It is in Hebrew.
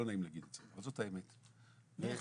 לא נעים להגיד את זה, אבל זאת האמת --- דרך מה?